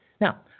Now